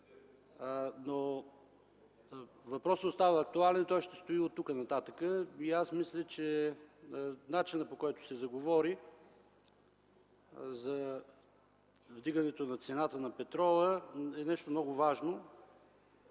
Въпросът остава актуален. Той ще си стои и оттук нататък. И аз мисля, че начинът, по който се заговори за вдигането на цената на петрола, е нещо много важно